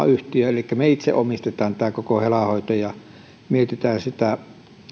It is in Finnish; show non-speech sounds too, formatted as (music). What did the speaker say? (unintelligible) yhtiö elikkä me itse omistamme tämän koko hela hoidon ja mietimme sitä